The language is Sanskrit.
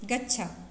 गच्छ